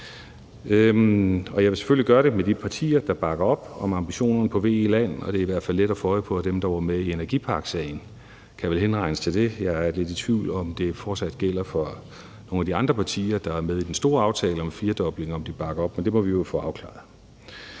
Jeg vil selvfølgelig gøre det med de partier, der bakker op om ambitionerne om VE-anlæg på land. Det er i hvert fald let at få øje på, at dem, der var med i energiparksagen, vel kan henregnes til det. Jeg er lidt i tvivl om, om det fortsat gælder for nogle af de andre partier, der er med i den store aftale om en firdobling, at de bakker op, men det må vi jo få afklaret.